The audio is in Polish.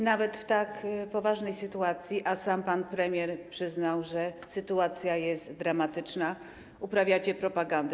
Nawet w tak poważnej sytuacji - a sam pan premier przyznał, że sytuacja jest dramatyczna - uprawiacie propagandę.